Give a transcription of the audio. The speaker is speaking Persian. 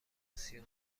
آسیا